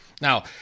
Now